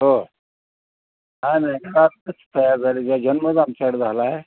हो हा नाही जन्मच आमच्याकडे झाला आहे